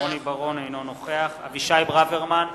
אינו נוכח אבישי ברוורמן,